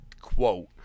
quote